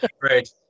Great